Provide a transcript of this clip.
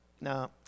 now